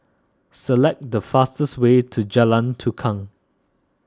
select the fastest way to Jalan Tukang